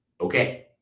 Okay